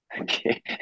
Okay